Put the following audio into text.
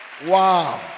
wow